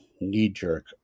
knee-jerk